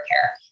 care